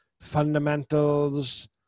fundamentals